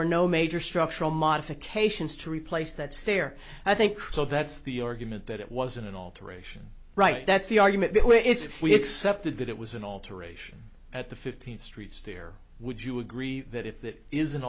were no major structural modifications to replace that stair i think so that's the argument that it wasn't an alteration right that's the argument it's we accepted that it was an alteration at the fifteenth street sphere would you agree that if that is